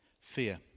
fear